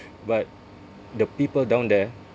but the people down there